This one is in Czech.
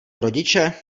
rodiče